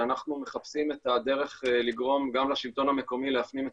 שאנחנו מחפשים את הדרך לגרום גם לשלטון המקומי להפנים את